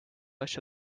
asja